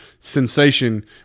sensation